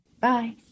Bye